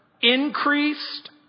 increased